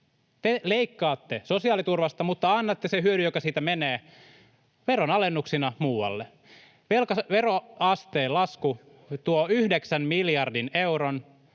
te leikkaatte sosiaaliturvasta mutta annatte sen hyödyn, joka siitä menee, veronalennuksina muualle. Veroasteen lasku tuo 9 miljardin euron